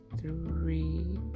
three